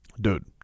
Dude